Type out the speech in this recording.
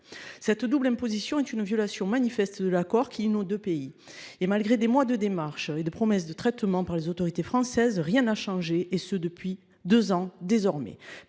Cette double imposition est une violation manifeste de l’accord qui lie nos deux pays. Malgré des mois de démarches et de promesses de traitement du dossier par les autorités françaises, rien n’a changé depuis désormais